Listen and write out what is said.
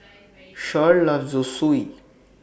Cher loves Zosui